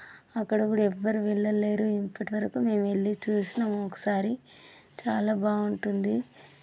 అక్కడ కూడా ఎవ్వరు వెళ్ళలేరు ఇప్పటివరకు మేము వెళ్ళి చూసినము ఒకసారి చాలా బాగుంటుంది